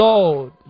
Lord